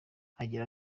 agira